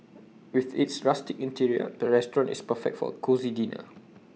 with its rustic interior the restaurant is perfect for A cosy dinner